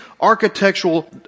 architectural